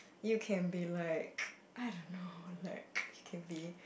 you can be like I don't know like you can be